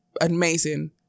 amazing